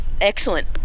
excellent